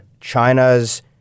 China's